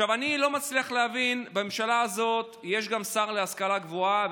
אני לא מצליח להבין: בממשלה הזו יש שר להשכלה גבוהה,